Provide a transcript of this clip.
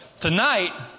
tonight